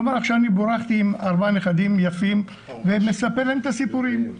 כלומר אני בורכתי בארבעה נכדים יפים ואני מספר להם את הסיפורים,